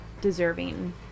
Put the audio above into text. deserving